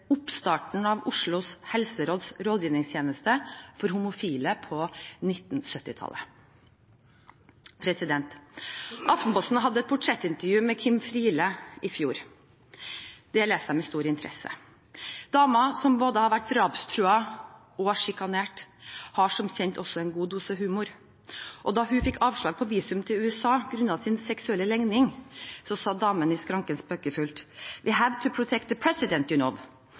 oppstarten av Oslo Helseråds rådgivningstjeneste for homofile på 1970-tallet. Aftenposten hadde et portrettintervju med Kim Friele i fjor. Det leste jeg med stor interesse. Damen, som både har vært drapstruet og sjikanert, har som kjent også en god dose humor. Da hun fikk avslag på visum til USA grunnet sin seksuelle legning, sa damen i skranken spøkefullt: «We have to protect the president,